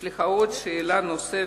יש לך שאלה נוספת.